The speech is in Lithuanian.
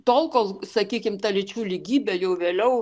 tol kol sakykim ta lyčių lygybė jau vėliau